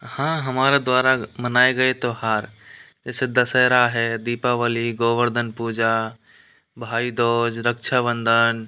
हाँ हमारा द्वारा मनाए गए त्योहार जैसे दशहरा है दीपावली गोवर्धन पूजा भाई दूज रक्षाबंधन